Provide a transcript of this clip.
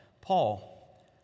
Paul